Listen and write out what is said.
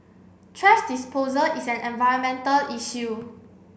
thrash disposal is an environmental issue